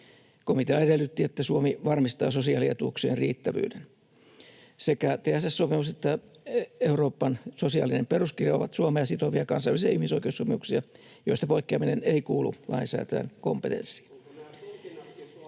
Komitea edellytti, että Suomi varmistaa sosiaalietuuksien riittävyyden. Sekä TSS-sopimus että Euroopan sosiaalinen peruskirja ovat Suomea sitovia kansainvälisiä ihmisoikeussopimuksia, joista poikkeaminen ei kuulu lainsäätäjän kompetenssiin.